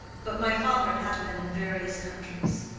but my father had been in various countries.